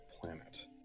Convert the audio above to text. planet